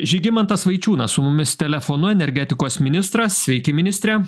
žygimantas vaičiūnas su mumis telefonu energetikos ministras sveiki ministre